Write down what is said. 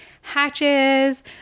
hatches